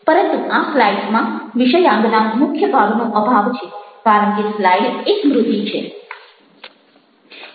પરંતુ આ સ્લાઈડ્સમાં વિષયાંગના મુખ્ય ભાગનો અભાવ છે કારણ કે સ્લાઈડ એ સ્મૃતિ છે